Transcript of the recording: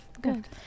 Good